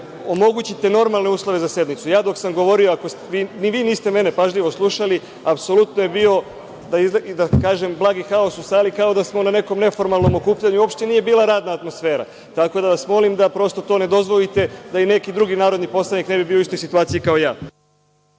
da omogućite normalne uslove za sednicu. Dok sam govorio, ni vi niste mene pažljivo slušali, apsolutno je bio da kažem, blagi haos u sali, kao da smo na nekom neformalnom okupljanju, uopšte nije bila radna atmosfera. Tako, da vas molim, da prosto to ne dozvolite da neki drugi narodni poslanik ne bi bio u situaciji kao ja.